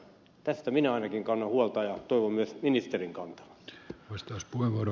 tästä minä ainakin kannan huolta ja toivon myös ministerin kantavan